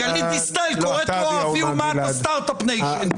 גלית דיסטל קוראת לו אבי אומת הסטארט אפ ניישן.